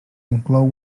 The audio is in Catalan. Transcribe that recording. inclou